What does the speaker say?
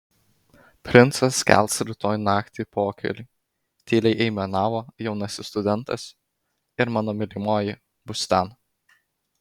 princas kels rytoj naktį pokylį tyliai aimanavo jaunasis studentas ir mano mylimoji bus ten